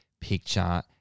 picture